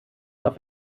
auf